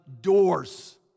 doors